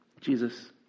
Jesus